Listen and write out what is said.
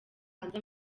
hanze